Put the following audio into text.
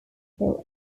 hill